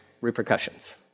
repercussions